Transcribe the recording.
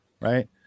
right